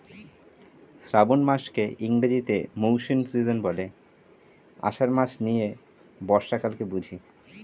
শ্রাবন মাসকে ইংরেজিতে monsoon season বলে, আষাঢ় মাস নিয়ে বর্ষাকালকে বুঝি